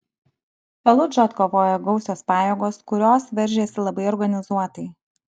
faludžą atkovojo gausios pajėgos kurios veržėsi labai organizuotai